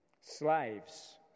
slaves